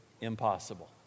impossible